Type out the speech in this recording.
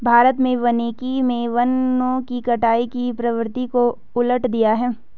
भारत में वानिकी मे वनों की कटाई की प्रवृत्ति को उलट दिया है